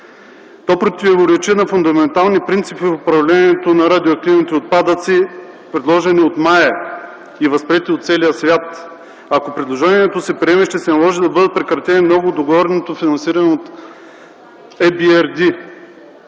То противоречи на фундаментални принципи в управлението на радиоактивните отпадъци, предложени от МАЯР и възприети от целия свят. Ако предложението се приеме, ще се наложи да бъдат прекратени много от договорното финансиране от IBRD.